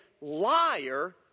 liar